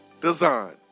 Design